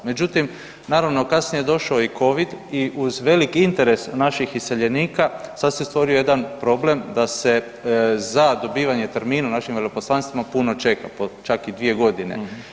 Međutim, naravno, kasnije je došao i Covid i uz veliki interes naših iseljenika, sad se stvorio jedan problem da se za dobivanje termina u našim veleposlanstvima puno čeka, čak i 2 godine.